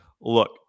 Look